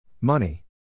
Money